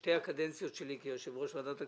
משתי הקדנציות שלי כיושב-ראש ועדת הכספים,